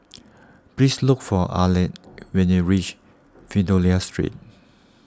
please look for Alek when you reach Fidelio Street